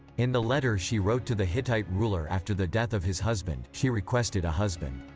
in the letter she wrote to the hittite ruler after the death of his husband, she requested a husband.